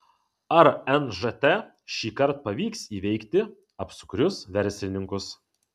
ar nžt šįkart pavyks įveikti apsukrius verslininkus